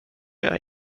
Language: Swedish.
jag